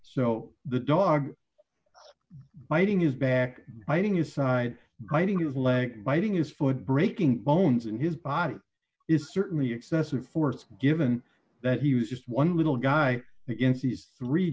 so the dog biting his back biting his side biting his leg biting his foot breaking bones in his body is certainly excessive force given that he was just one little guy against these three